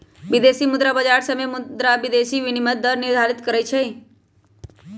विदेशी मुद्रा बाजार सभे मुद्रा विदेशी विनिमय दर निर्धारित करई छई